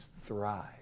thrive